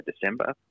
December